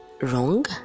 wrong